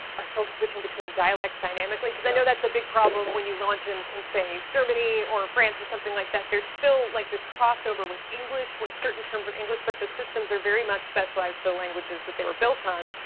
are folks switching between dialects dynamically? because i know that's a big problem when you launch in in say, germany or france or something like that. there's still like this crossover with english where certain terms are english but the systems are very much specialized for the languages that they were built on.